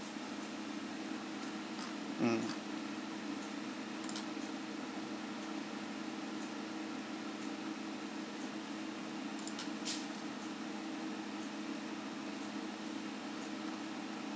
mm